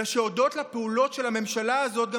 אלא שהודות לפעולת של הממשלה הזאת הם